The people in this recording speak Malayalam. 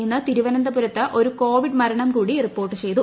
ഇന്ന് തിരുവനന്തപുരത്ത് ഒരു കോവിഡ് മരണം കൂടി റിപ്പോർട്ട് ചെയ്തു